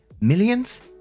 Millions